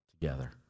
together